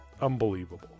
unbelievable